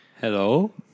hello